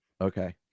Okay